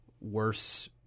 worse